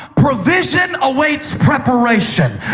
provision awaits preparation.